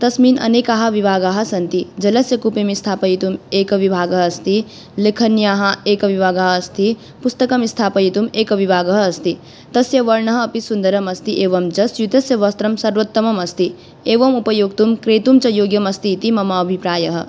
तस्मिन् अनेकाः विभागाः सन्ति जलस्य कूपिम् स्थापयितुम् एकः विभागः अस्ति लेखन्याः एकः विभागः अस्ति पुस्तकं स्थापयितुम् एकः विभागः अस्ति तस्य वर्णः अपि सुन्दरम् अस्ति एवं च स्यूतस्य वस्त्रं सर्वोत्तममस्ति एवम् उपयोक्तुं क्रेतुं च योग्यम् अस्ति इति मम अभिप्रायः